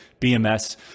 BMS